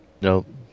Nope